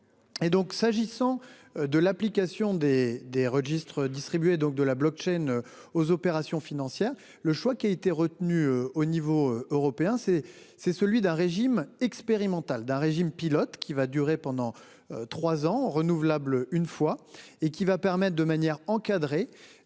Et donc, s'agissant de l'application des des registres distribués donc de la blockchain. Aux opérations financières. Le choix qui a été retenu au niveau européen c'est c'est celui d'un régime expérimental d'un régime pilote qui va durer pendant 3 ans renouvelable une fois et qui va permettre de manière encadrée